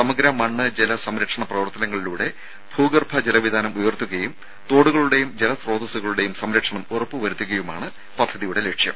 സമഗ്ര മണ്ണ് ജല സംരക്ഷണ പ്രവർത്തനങ്ങളിലൂടെ ഭൂഗർഭ ജലവിതാനം ഉയർത്തുകയും തോടുകളുടെയും ജലസ്രോതസ്സുകളുടെയും സംരക്ഷണം ഉറപ്പ് വരുത്തുകയുമാണ് പദ്ധതിയുടെ ലക്ഷ്യം